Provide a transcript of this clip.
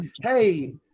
hey